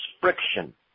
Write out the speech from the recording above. friction